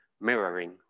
mirroring